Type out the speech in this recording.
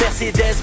Mercedes